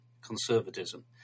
conservatism